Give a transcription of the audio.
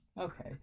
okay